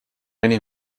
enim